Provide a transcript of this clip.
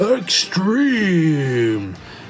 extreme